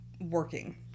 working